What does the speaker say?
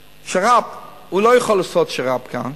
שר"פ, הוא לא יכול לעשות שר"פ כאן,